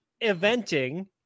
eventing